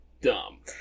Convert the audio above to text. dumb